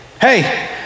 Hey